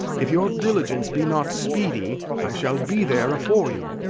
if your diligence be not speedy, i shall be there afore you.